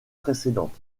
précédente